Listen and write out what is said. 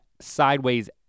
sideways